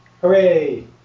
Hooray